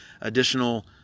additional